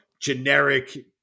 generic